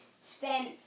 spent